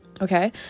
Okay